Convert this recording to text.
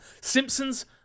Simpsons